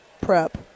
prep